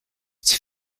its